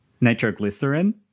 Nitroglycerin